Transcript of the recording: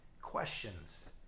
questions